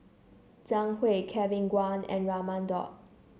Zhang Hui Kevin Kwan and Raman Daud